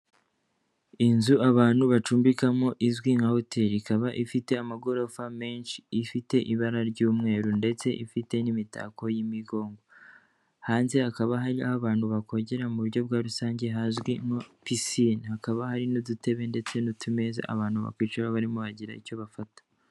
Inzu abantu bacumbikamo izwi nka hotel ikaba ifite amagorofa menshi ifite ibara ry'umweru ndetse ifite n'imitako y'imigongo, hanze hakaba hari abantu bakogera mu buryo bwa rusange hazwi nka muri pisine hakaba hari n'udutebe ndetse n'utumeza abantu bakwicara barimo bagira icyo bafata.